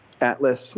atlas